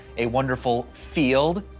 a wonderful field.